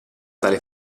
dalle